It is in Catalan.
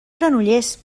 granollers